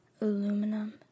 Aluminum